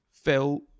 Phil